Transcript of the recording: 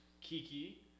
Kiki